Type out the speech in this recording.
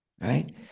Right